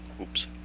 oops